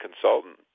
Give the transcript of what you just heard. consultant